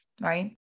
right